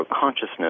consciousness